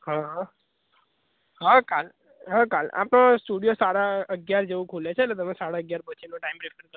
હા હા કાલ હા કાલ આમ તો સ્ટુડિયો સાડા અગિયાર જેવું ખૂલે છે અને તમે સાડા અગિયાર પછીનો ટાઈમ પ્રિફર કરજો